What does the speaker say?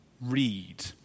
read